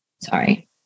Sorry